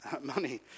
money